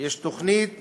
יש תוכנית